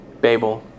Babel